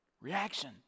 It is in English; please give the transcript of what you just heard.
Reaction